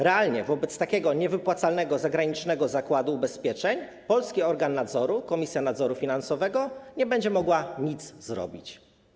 Realnie wobec takiego niewypłacalnego zagranicznego zakładu ubezpieczeń polski organ nadzoru, Komisja Nadzoru Finansowego, nie będzie mógł nic zrobić.